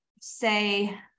say